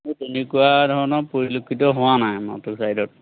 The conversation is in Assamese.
সেই তেনেকুৱা ধৰণৰ পৰিলক্ষিত হোৱা নাই আমাৰটো চাইডত